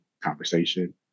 conversation